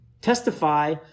testify